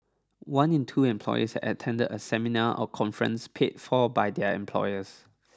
one in two employees had attended a seminar or conference paid for by their employers